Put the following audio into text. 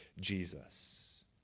Jesus